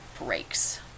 breaks